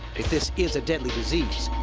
if this is a deadly disease,